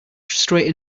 straight